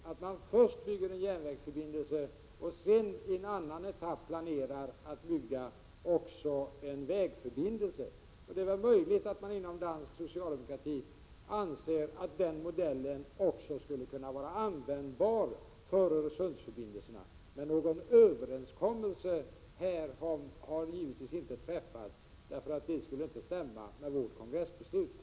Först bygger man alltså en järnvägsförbindelse och sedan planerar man att i en annan etapp åstadkomma också en vägförbindelse. Det är möjligt att man inom dansk socialdemokrati anser att den modellen också skulle kunna vara användbar när det gäller Öresundsförbindelserna. Men någon överenskommelse härom har givetvis inte träffats, eftersom det inte skulle överensstämma med vårt kongressbeslut.